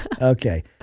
Okay